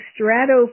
Strato